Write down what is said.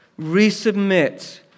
Resubmit